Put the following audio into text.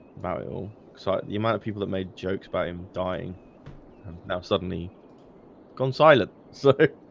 mariel so the amount of people that made jokes by him dying now suddenly gone silent, so yeah